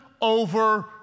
over